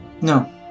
No